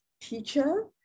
teacher